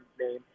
name